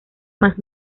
más